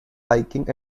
hiking